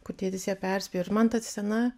kur tėtis ją perspėjo ir man ta scena